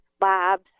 labs